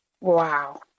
Wow